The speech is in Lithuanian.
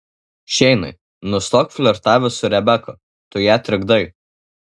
šeinai nustok flirtavęs su rebeka tu ją trikdai